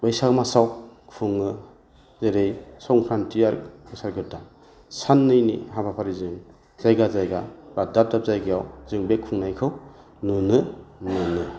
बैसाग मासाव खुङो जेरै संक्रान्ति आरो बोसोर गोदान साननैनि हाबाफारिजों जायगा जायगा बा दाब दाब जायगायाव जों बे खुंनायखौ नुनो मोनो